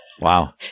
Wow